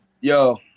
yo